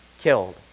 killed